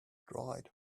dried